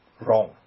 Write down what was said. Wrong